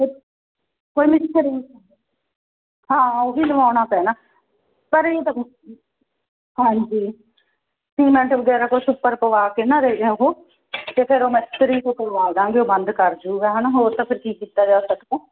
ਅਤੇ ਕੋਈ ਨਹੀਂ ਜੀ ਘਰ ਹੀ ਹਾਂ ਉਹ ਹੀ ਲਵਾਉਣਾ ਪੈਣਾ ਹਾਂਜੀ ਸੀਮੈਂਟ ਵਗੈਰਾ ਕੁਛ ਉੱਪਰ ਪਵਾ ਕੇ ਨਾ ਉਹ ਅਤੇ ਫਿਰ ਮਿਸਤਰੀ ਤੋ ਕਰਵਾ ਲਵਾਂਗੇ ਉਹ ਬੰਦ ਕਰ ਜਾਵੇਗਾ ਹਨਾ ਹੋਰ ਤਾਂ ਫਿਰ ਕੀ ਕੀਤਾ ਜਾ ਸਕਦਾ